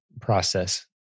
process